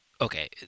okay